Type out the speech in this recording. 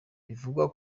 bivugwa